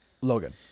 Logan